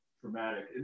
traumatic